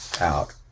out